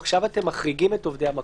עכשיו אתם מחריגים אותם.